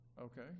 Okay